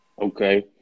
Okay